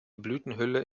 blütenhülle